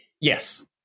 Yes